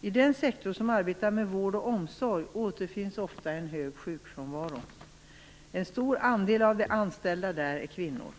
I den sektor där man arbetar med vård och omsorg återfinns ofta en hög sjukfrånvaro. En stor andel av de anställda där är kvinnor.